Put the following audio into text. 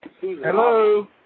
Hello